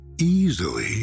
easily